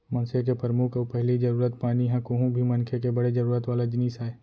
मनसे के परमुख अउ पहिली जरूरत पानी ह कोहूं भी मनसे के बड़े जरूरत वाला जिनिस आय